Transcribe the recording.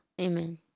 Amen